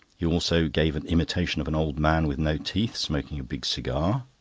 he also gave an imitation of an old man with no teeth, smoking a big cigar.